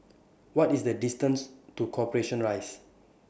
What IS The distance to Corporation Rise